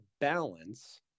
balance